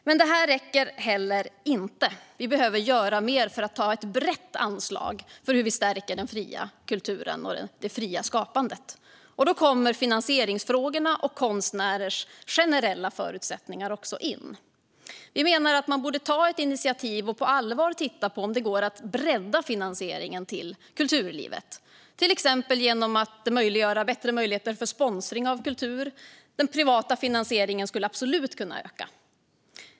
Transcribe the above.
Men detta räcker inte. Vi behöver göra mer för att stärka den fria kulturen och det fria skapandet, och då kommer finansieringsfrågorna och konstnärers generella förutsättningar in. Vi menar att man borde ta ett initiativ och på allvar titta på om det går att bredda finansieringen av kulturlivet, till exempel genom bättre möjligheter för sponsring av kultur. Den privata finansieringen skulle absolut kunna öka.